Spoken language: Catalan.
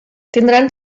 tindran